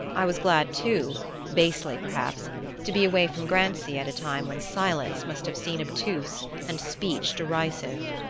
i was glad too basely perhaps to be away from grancy at a time when silence must have seemed obtuse and speech derisive.